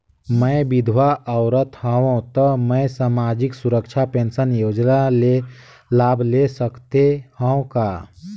मैं विधवा औरत हवं त मै समाजिक सुरक्षा पेंशन योजना ले लाभ ले सकथे हव का?